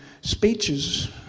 speeches